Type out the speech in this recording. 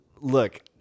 look